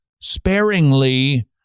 sparingly